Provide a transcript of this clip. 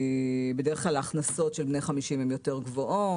בדרך כלל ההכנסות של בני 50 יותר גבוהות,